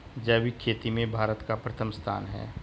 जैविक खेती में भारत का प्रथम स्थान है